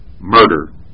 murder